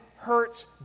hurts